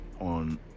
on